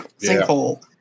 sinkhole